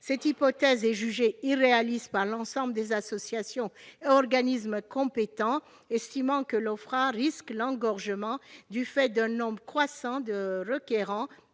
Cette hypothèse est jugée irréaliste par l'ensemble des associations et organismes compétents, estimant que l'Ofpra risque l'engorgement, du fait d'un nombre croissant de requérants